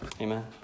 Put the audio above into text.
amen